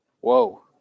whoa